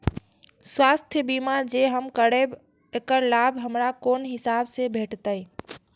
स्वास्थ्य बीमा जे हम करेब ऐकर लाभ हमरा कोन हिसाब से भेटतै?